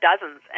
dozens